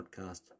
podcast